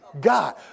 God